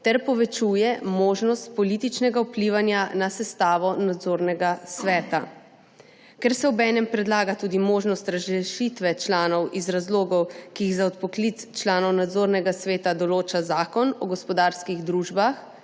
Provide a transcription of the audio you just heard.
ter povečuje možnost političnega vplivanja na sestavo Nadzornega sveta. Ker se obenem predlaga tudi možnost razrešitve članov iz razlogov, ki jih za odpoklic članov Nadzornega sveta določa Zakon o gospodarskih družbah,